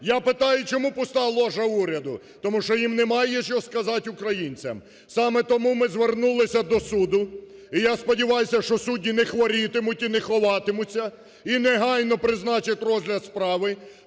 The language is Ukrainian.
Я питаю, чому пуста ложа уряду? Тому що їм немає чого сказати українцям. Саме тому ми звернулись до суду, і я сподіваюсь, що судді не хворітимуть і не ховатимуться, і негайно призначать розгляд справи